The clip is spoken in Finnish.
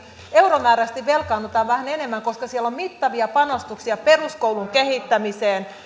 euromääräisesti velkaannutaan vähän enemmän koska siellä on mittavia panostuksia peruskoulun kehittämiseen